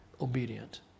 obedient